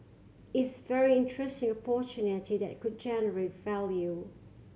it's very interesting opportunity that could generate value